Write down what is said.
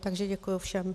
Takže děkuju všem.